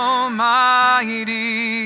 Almighty